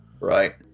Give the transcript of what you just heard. Right